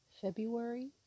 February